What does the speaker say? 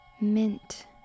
Mint